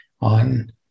on